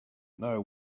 know